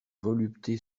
volupté